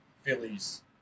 Phillies